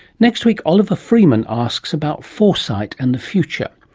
next week, oliver freeman asks about foresight and the future.